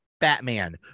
Batman